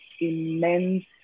immense